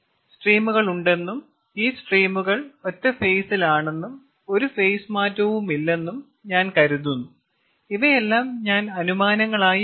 സ്ട്രീമുകളുണ്ടെന്നും ഈ സ്ട്രീമുകൾ ഒറ്റ ഫേസിലാണെന്നും ഒരു ഫേസ് മാറ്റവുമില്ലെന്നും ഞാൻ കരുതുന്നു ഇവയെല്ലാം ഞാൻ അനുമാനങ്ങളായി എടുക്കുന്നു